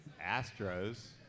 Astros